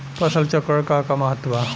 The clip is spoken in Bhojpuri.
फसल चक्रण क का महत्त्व बा?